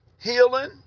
healing